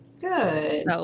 Good